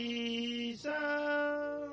Jesus